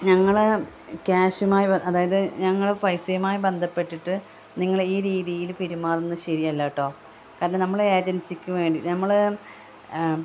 ഞങ്ങളെ ക്യാഷുമായി അതായത് ഞങ്ങളെ പൈസയുമായി ബന്ധപ്പെട്ടിട്ട് നിങ്ങൾ ഈ രീതിയിൽ പെരുമാറുന്നത് ശരിയല്ല കേട്ടോ കാരണം നമ്മൾ ഏജൻസിക്ക് വേണ്ടി നമ്മൾ